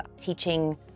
teaching